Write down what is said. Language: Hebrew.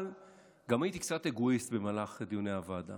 אבל גם הייתי קצת אגואיסט במהלך דיוני הוועדה,